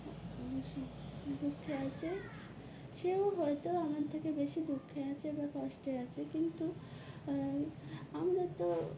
দুঃখে আছে সেও হয়তো আমার থেকে বেশি দুঃখে আছে বা কষ্টে আছে কিন্তু আমরা তো